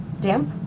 Damp